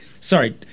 sorry